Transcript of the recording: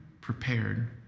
prepared